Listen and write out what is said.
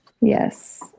Yes